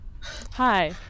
Hi